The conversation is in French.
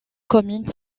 commune